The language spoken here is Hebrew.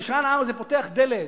במשאל עם זה פותח דלת,